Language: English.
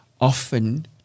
often